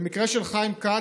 במקרה של חיים כץ,